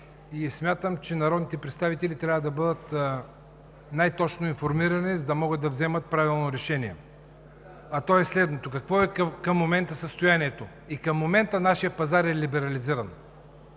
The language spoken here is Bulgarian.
смятам, че народните представители трябва да бъдат най-точно информирани, за да могат да вземат правилното решение. То е следното – какво е към момента състоянието? И към момента нашият пазар е либерализиран.